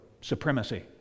supremacy